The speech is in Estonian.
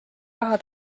raha